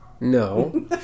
No